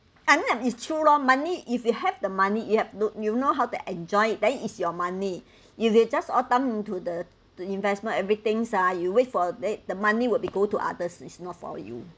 I mean like it's true loh money if you have the money you have know you know how to enjoy then is your money if you just all dump into the to investment everythings ah you wait for then the money would be go to others is not for you